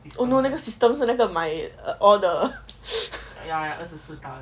oh no 那个 system 是那个买 err all the